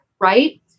Right